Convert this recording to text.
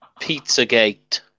Pizzagate